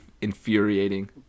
infuriating